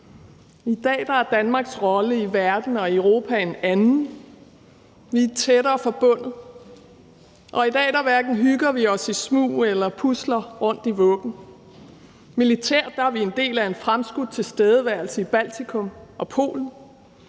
I dag er Danmarks rolle i verden og i Europa en anden. Vi er tættere forbundet, og i dag hverken hygger vi os i smug eller pusler rundt i vuggen. Militært er vi en del af en fremskudt tilstedeværelse i Baltikum og Polen.